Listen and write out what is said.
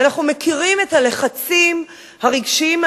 ואנחנו מכירים את הלחצים הרגשיים,